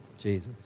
Jesus